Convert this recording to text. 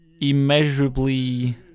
immeasurably